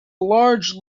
large